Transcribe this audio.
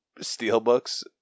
steelbooks